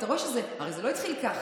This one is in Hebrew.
הרי זה לא התחיל ככה.